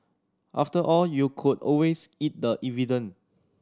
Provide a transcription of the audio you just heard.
after all you could always eat the evidence